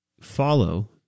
follow